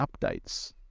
updates